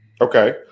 Okay